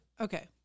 Okay